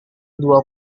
dua